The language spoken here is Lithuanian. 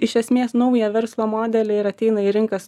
iš esmės naują verslo modelį ir ateina į rinkas